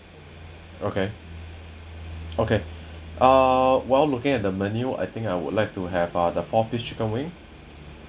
okay okay uh while looking at the menu I think I would like to have ah the four piece chicken wing